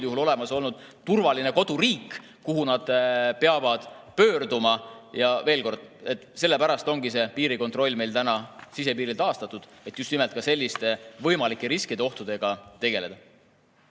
üldjuhul olemas olnud turvaline koduriik, kuhu nad peavad pöörduma. Ja veel kord: just nimelt sellepärast ongi see piirikontroll meie sisepiiril taastatud, et ka selliste võimalike riskide ja ohtudega tegeleda.